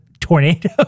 Tornado